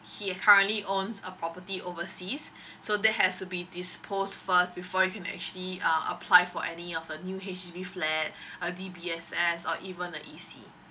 he has currently owns a property overseas so that has to be disposed first before you can actually um apply for any of the new H_D_B flat uh D_B_S_S or even the E_C